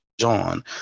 John